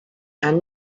and